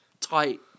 tight